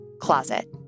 closet